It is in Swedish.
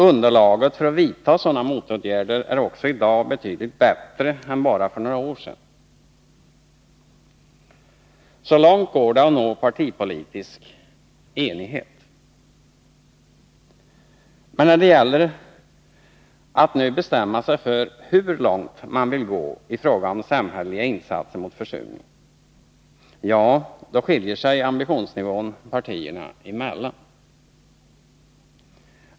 Underlaget för att vidta sådana motåtgärder är också betydligt bättre i dag än det var bara för några år sedan. Så långt går det att nå partipolitisk enighet. Men när det gäller att nu bestämma sig för hur långt man vill gå i fråga om samhälleliga insatser mot försurningen, ja, då skiljer sig ambitionsnivån partierna emellan.